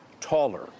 taller